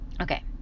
okay